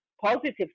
positive